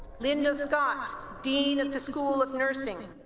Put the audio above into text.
linda scott, dean of the school of nursing